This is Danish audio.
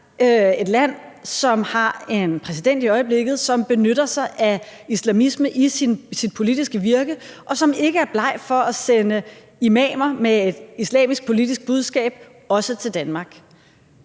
i øjeblikket har en præsident, som benytter sig af islamisme i sit politiske virke, og som ikke er bleg for at sende imamer med et islamisk politisk budskab også til Danmark.